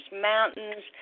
mountains